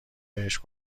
بهش